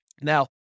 Now